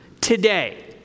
today